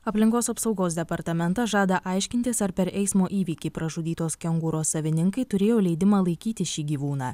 aplinkos apsaugos departamentas žada aiškintis ar per eismo įvykį pražudytos kengūros savininkai turėjo leidimą laikyti šį gyvūną